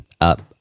up